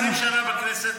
אני 20 שנה בכנסת,